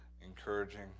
encouraging